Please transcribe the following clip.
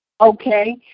Okay